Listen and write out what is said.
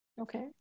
Okay